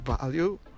value